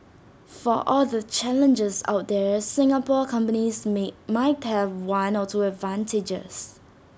for all the challenges out there Singapore companies may might have one or two advantages